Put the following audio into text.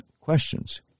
questions